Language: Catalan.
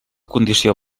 condició